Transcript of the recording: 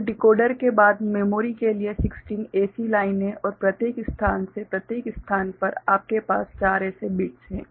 तो डिकोडर के बाद मेमोरी के लिए 16 ऐसी लाइनें और प्रत्येक स्थान से प्रत्येक स्थान पर आपके पास चार ऐसे बिट्स हैं